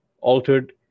altered